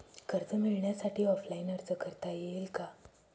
कर्ज मिळण्यासाठी ऑफलाईन अर्ज करता येईल का?